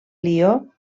lió